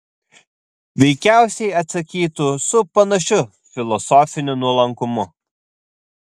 veikiausiai atsakytų su panašiu filosofiniu nuolankumu